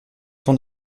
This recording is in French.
ton